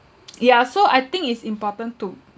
yeah so I think is important to